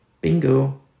Bingo